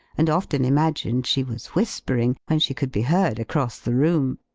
and often imagined she was whispering, when she could be heard across the room.